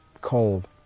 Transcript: cold